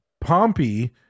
Pompey